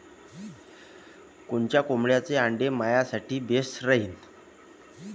कोनच्या कोंबडीचं आंडे मायासाठी बेस राहीन?